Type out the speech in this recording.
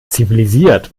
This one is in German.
zivilisiert